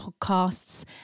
podcasts